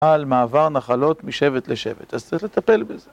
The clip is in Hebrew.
על מעבר נחלות משבט לשבט. אז צריך לטפל בזה